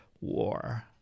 war